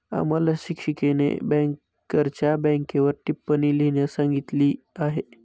आम्हाला शिक्षिकेने बँकरच्या बँकेवर टिप्पणी लिहिण्यास सांगितली आहे